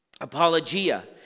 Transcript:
apologia